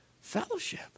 fellowship